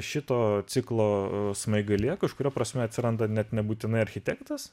šito ciklo smaigalyje kažkuria prasme atsiranda net nebūtinai architektas